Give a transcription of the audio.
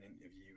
interview